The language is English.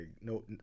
No